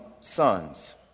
sons